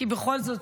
כי בכל זאת,